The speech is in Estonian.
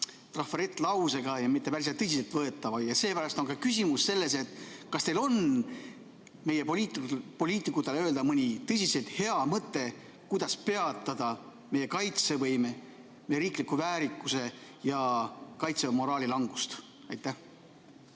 trafarettlausega, mitte päris tõsiselt võetava lausega. Seepärast on küsimus selles, et kas teil on meie poliitikutele öelda mõni tõsiselt hea mõte, kuidas peatada meie kaitsevõime, meie riikliku väärikuse ja kaitsemoraali langust. See